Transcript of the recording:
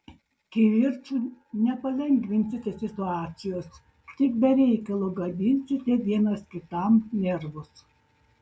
kivirču nepalengvinsite situacijos tik be reikalo gadinsite vienas kitam nervus